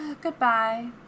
Goodbye